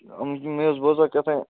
أمۍ مےٚ حظ بوزے کَتھا